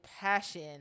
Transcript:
passion